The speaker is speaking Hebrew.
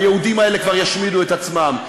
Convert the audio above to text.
היהודים האלה כבר ישמידו את עצמם.